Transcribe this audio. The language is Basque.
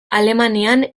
alemanian